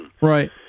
Right